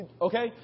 Okay